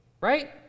Right